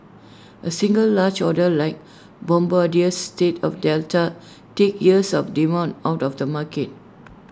A single large order like Bombardier's sale of Delta takes years of demand out of the market